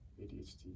adhd